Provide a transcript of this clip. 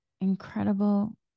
incredible